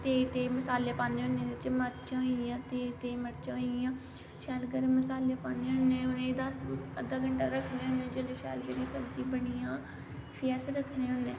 तेज़ तेज़ मसाले पान्ने होन्ने ओह्दे च मर्चां होईयां तेज़ तेज़ र्चां होईयां शैल गर्म मसाले पान्ने होन्ने उने ई अध्दा घैंटा रक्खने होन्ने जिसले शैल करियै सब्जी बनी जा फ्ही अस तक्खने होन्ने